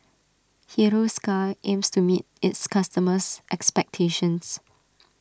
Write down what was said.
Hiruscar aims to meet its customers' expectations